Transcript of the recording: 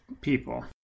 people